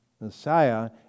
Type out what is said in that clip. messiah